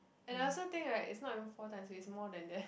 and I also think right it's not even four times it's more than that